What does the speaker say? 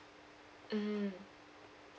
mm